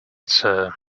sir